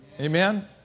Amen